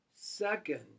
second